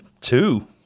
Two